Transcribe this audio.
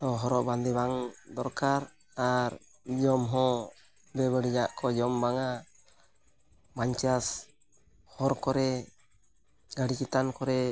ᱦᱚᱨᱚᱜ ᱵᱟᱸᱫᱮ ᱵᱟᱝ ᱫᱚᱨᱠᱟᱨ ᱟᱨ ᱡᱚᱢ ᱦᱚᱸ ᱵᱮᱵᱟᱹᱲᱤᱡᱟᱜ ᱠᱚ ᱡᱚᱢ ᱵᱟᱝᱟ ᱵᱟᱭᱪᱟᱱᱥ ᱦᱚᱨ ᱠᱚᱨᱮ ᱜᱟᱹᱰᱤ ᱪᱮᱛᱟᱱ ᱠᱚᱨᱮ